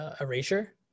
erasure